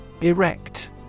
Erect